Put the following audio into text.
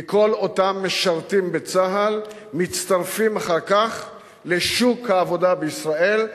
כי כל אותם משרתים בצה"ל מצטרפים אחר כך לשוק העבודה בישראל,